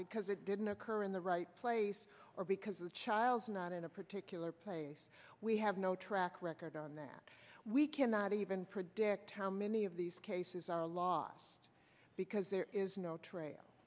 because it didn't occur in the right place or because the child is not in a particular place we have no track record on that we cannot even predict how many of these cases are lost because there is no trail